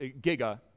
giga